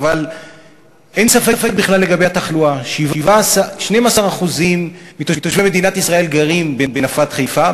אבל אין ספק בכלל לגבי התחלואה: 12% מתושבי מדינת ישראל גרים בנפת חיפה,